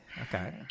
Okay